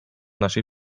naszej